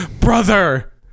brother